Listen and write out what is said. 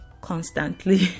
constantly